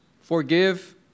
forgive